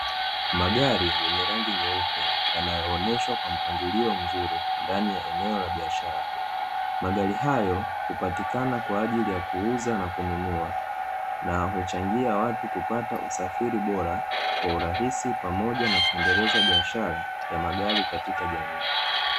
Magari yenye rangi nyeupe yanayooneshwa kwa mpangilio mzuri ndani ya eneo la biashara. Magari hayo hupatikana kwa ajili ya kuuza na kununua, na huchangia watu kupata usafiri bora kwa urahisi pamoja na kuendeleza biashara ya magari katika jamii.